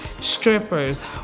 strippers